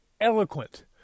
eloquent